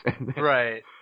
Right